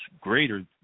greater